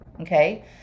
okay